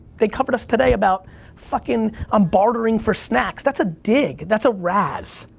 they covered us today about fuckin', i'm bartering for snacks. that's a dig, that's a razz,